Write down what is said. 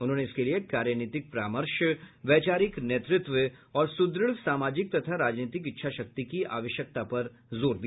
उन्होंने इसके लिए कार्यनीतिक परामर्श वैचारिक नेतृत्व और सुदृढ़ सामाजिक तथा राजनीतिक इच्छा शक्ति की आवश्यकता पर बल दिया